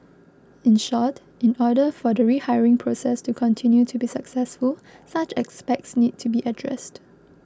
in short in order for the rehiring process to continue to be successful such aspects need to be addressed